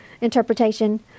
interpretation